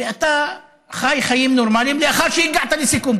ואתה חי חיים נורמליים לאחר שהגעת לסיכום,